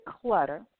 clutter